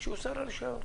שיוסר הרישיון.